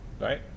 right